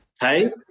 Hey